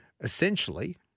Essentially